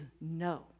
no